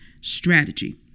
strategy